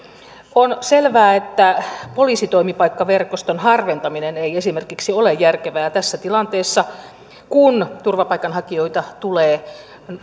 on selvää että poliisin toimipaikkaverkoston harventaminen ei esimerkiksi ole järkevää tässä tilanteessa kun turvapaikanhakijoita tulee